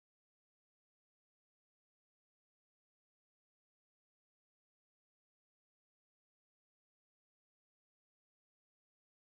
got this got this uh negro villain he'll be like like that